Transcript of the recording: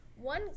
One